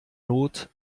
not